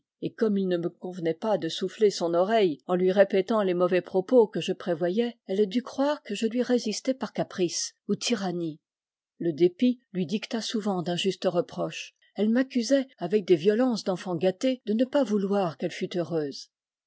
et comme il ne me convenait pas de souiller son oreille en lui répétant les mauvais propos que je prévoyais elle dut croire que je lui résistais par caprice ou tyrannie le dépit lui dicta souvent d'injustes reproches elle m'accusait avec des violences d'enfant gâté de ne pas vouloir qu'elle fût heureuse